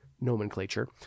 nomenclature